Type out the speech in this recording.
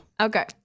Okay